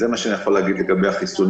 זה מה שאני יכול להגיד לגבי החיסונים.